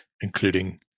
including